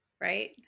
right